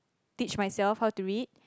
teach myself how to read